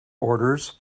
orders